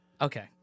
Okay